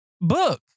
book